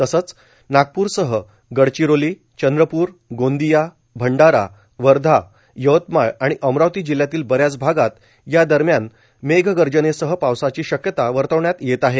तसंच नागप्रसह गडचिरोली चंद्रप्र गोंदिया भंडारा वर्धा यवतमाळ आणि अमरावती जिल्ह्यातील बऱ्याच भागात या दरम्यान मेघ गर्जनेसह पावसाची शक्यता वर्तवण्यात येत आहे